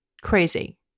crazy